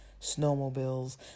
snowmobiles